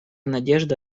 надежда